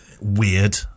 weird